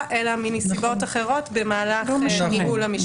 אלא מנסיבות אחרות במהלך ניהול המשפט.